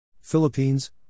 Philippines